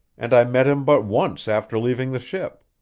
and i met him but once after leaving the ship.